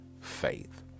faith